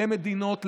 למדינות,